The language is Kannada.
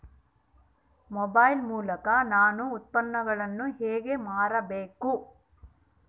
ಮೊಬೈಲ್ ಮೂಲಕ ನಾನು ಉತ್ಪನ್ನಗಳನ್ನು ಹೇಗೆ ಮಾರಬೇಕು?